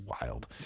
wild